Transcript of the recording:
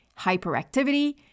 hyperactivity